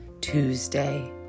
Tuesday